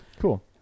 Cool